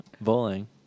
bowling